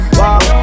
wow